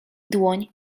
dłoń